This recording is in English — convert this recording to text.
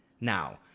Now